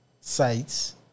sites